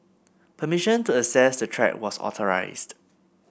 permission to access the track was authorised